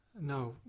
No